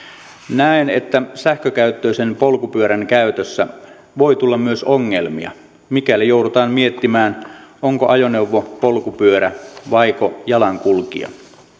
näen että sähkökäyttöisen polkupyörän käytössä voi tulla myös ongelmia mikäli joudutaan miettimään onko ajoneuvo polkupyörä vaiko jalankulkija